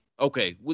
Okay